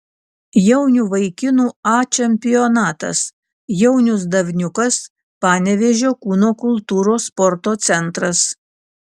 jaunių vaikinų a čempionatas jaunius davniukas panevėžio kūno kultūros sporto centras